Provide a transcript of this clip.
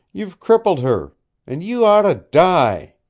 you've crippled her an' you oughta die!